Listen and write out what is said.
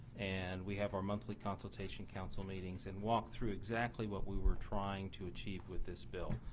and we have our monthly consultation council meetings and walked through exactly what we were trying to achieve with this bill.